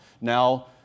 now